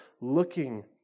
looking